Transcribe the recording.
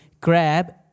grab